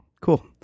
Cool